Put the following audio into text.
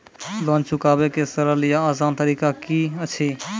Loan चुकाबै के सरल या आसान तरीका की अछि?